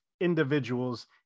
individuals